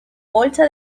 bolsa